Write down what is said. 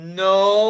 no